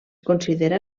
considera